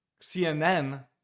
CNN